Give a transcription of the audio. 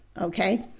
Okay